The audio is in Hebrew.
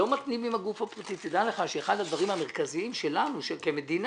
לא מתנים עם הגוף הפרטי: תדע לך שאחד הדברים המרכזיים שלנו כמדינה